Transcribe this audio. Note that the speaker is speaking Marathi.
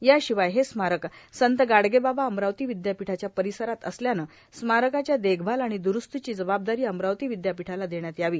याशिवाय हे स्मारक संत गाडगेबाबा अमरावती विद्यापीठाच्या परिसरात असल्याने स्मारकाच्या देखभाल आणि दुरुस्तीची जबाबदारी अमरावती विद्यापीठाला देण्यात यावी